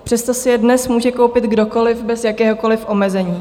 Přesto si je dnes může koupit kdokoliv bez jakéhokoliv omezení.